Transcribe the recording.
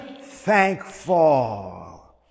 thankful